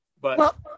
But-